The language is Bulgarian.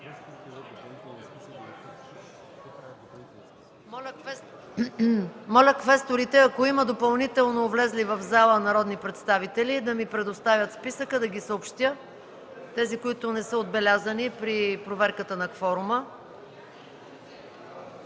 Моля квесторите, ако има допълнително влезли в залата народни представители, да ми предоставят списъка да ги съобщя – тези, които не са отбелязани при проверката на кворума.